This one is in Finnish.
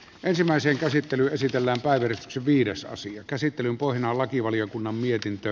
ensimmäisen käsittely esitellään vain viidesosa käsittelyn lakivaliokunnan mietintö